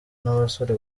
n’abasore